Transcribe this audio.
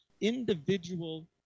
individual